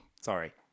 Sorry